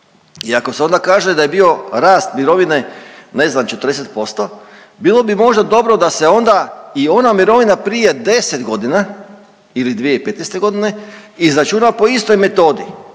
i ako se onda kaže da je bio rast mirovine, ne znam 40%, bilo bi možda dobro da se onda i ona mirovina prije 10 godina ili 2015. godine izračuna po istoj metodi